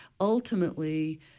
ultimately